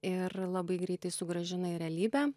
ir labai greitai sugrąžina į realybę